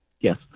Yes